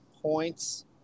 points